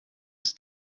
ist